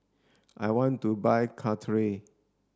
I want to buy Caltrate